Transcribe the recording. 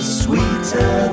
sweeter